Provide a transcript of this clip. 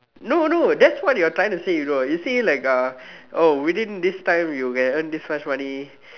no no that's what you're trying to say you know you say like uh oh within this time you can earn this much money